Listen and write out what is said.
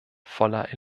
voller